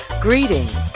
Greetings